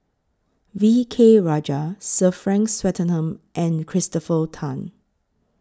V K Rajah Sir Frank Swettenham and Christopher Tan